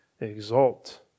exalt